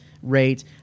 rate